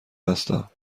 هستم